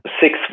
Six